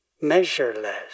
measureless